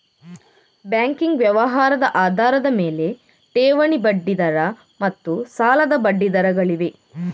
banking ವ್ಯವಹಾರದ ಆಧಾರದ ಮೇಲೆ, ಠೇವಣಿ ಬಡ್ಡಿ ದರ ಮತ್ತು ಸಾಲದ ಬಡ್ಡಿ ದರಗಳಿವೆ